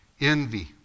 envy